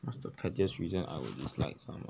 what's the prettiest reason I will dislike someone ah